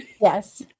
yes